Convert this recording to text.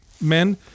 men